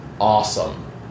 awesome